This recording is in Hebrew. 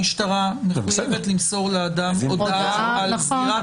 המשטרה מחויבת למסור לאדם הודעה על סגירה --- נכון.